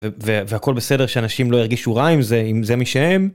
והכל בסדר שאנשים לא ירגישו רע עם זה אם זה מי שהם.